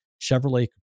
Chevrolet